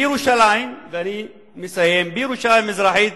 בירושלים, ואני מסיים, בירושלים המזרחית,